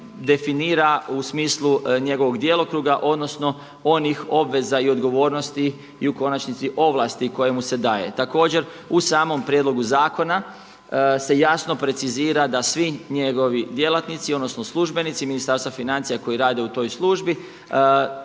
definira u smislu njegovog djelokruga odnosno onih obveza i odgovornosti i u konačnici ovlasti koja mu se daje. Također u samom prijedlogu zakona se jasno precizira da svi njegovi djelatnici odnosno službenici Ministarstva financija koji rade u toj službi